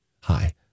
hi